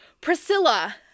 Priscilla